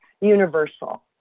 universal